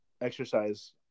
exercise